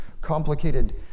complicated